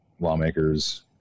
lawmakers